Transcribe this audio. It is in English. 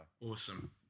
awesome